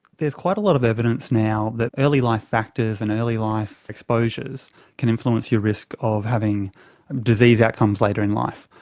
there's quite a lot of evidence now that early-life factors and early-life exposures can influence your risk of having disease outcomes later in life,